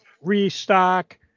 restock